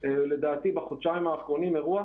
בחודשיים האחרונים פורסם אירוע